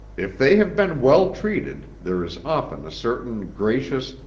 if they have been well treated, there is often a certain gracious,